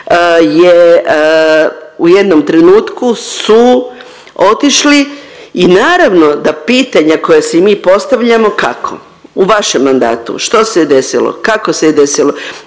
u jednom trenutku su otišli i naravno da pitanja koja si mi postavljamo kako u vašem mandatu, što se je desilo, kako je se desilo.